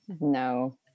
No